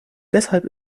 deshalb